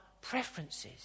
preferences